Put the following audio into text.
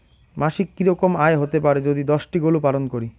মাসিক কি রকম আয় হতে পারে যদি দশটি গরু পালন করি?